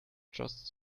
just